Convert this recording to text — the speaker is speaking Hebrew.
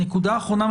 נקודה אחרונה,